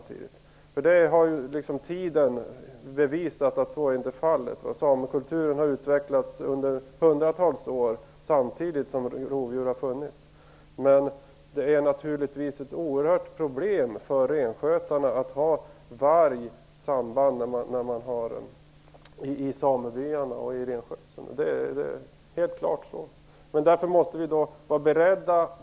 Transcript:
Tiden har ju bevisat att så inte är fallet. Samekulturen har utvecklats under hundratals år samtidigt som det har funnits rovdjur. Men det är naturligtvis ett oerhört problem för renskötarna att ha varg i samebyarna. Det är helt klart.